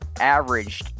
averaged –